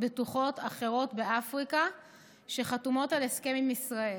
בטוחות אחרות באפריקה שחתומות על הסכם עם ישראל.